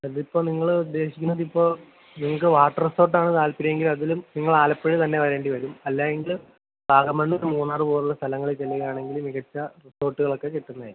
അതിപ്പം നിങ്ങൾ ഉദ്ദേശിക്കുന്നതിപ്പോൾ നിങ്ങൾക്ക് വാട്ടർ സ്പോർട്ട് ആണ് താല്പര്യമെങ്കിൽ അതിനും നിങ്ങൾ ആലപ്പുഴ തന്നെ വരേണ്ടിവരും അല്ലായെങ്കിൽ വാഗമണ്ണും മൂന്നാർ പോലുള്ള സ്ഥലങ്ങളിൽ ചെല്ലുകയാണെങ്കിൽ മികച്ച റിസോർട്ടുകളൊക്കെ കിട്ടുന്നതാരിക്കും